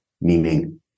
meaning